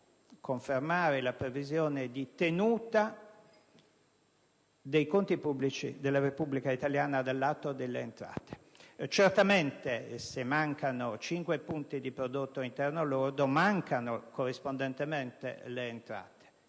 confermare la previsione di tenuta dei conti pubblici della Repubblica italiana dal lato delle entrate. Certamente, se mancano 5 punti di prodotto interno lordo, mancano corrispondentemente le entrate.